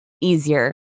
easier